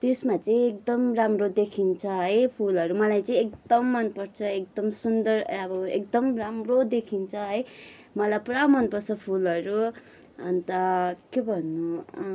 त्यसमा चाहिँ एकदम राम्रो देखिन्छ है फुलहरू मलाई चाहिँ एकदम मन पर्छ एकदम सुन्दर अब एकदम राम्रो देखिन्छ है मलाई पुरा मन पर्छ फुलहरू अन्त के भन्नु